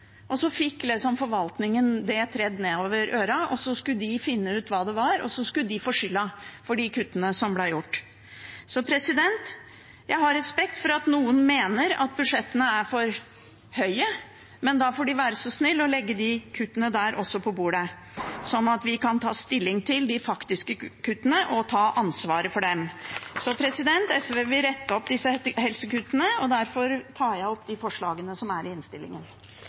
og så fikk forvaltningen det tredd nedover ørene og skulle finne ut hva det var, og så skulle de få skylden for de kuttene som ble gjort. Jeg har respekt for at noen mener at budsjettene er for høye, men da får de være så snille og legge også de kuttene på bordet, slik at vi kan ta stilling til de faktiske kuttene og ta ansvaret for dem. SV vil rette opp disse helsekuttene. Derfor tar jeg opp de forslagene som er i innstillingen.